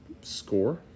score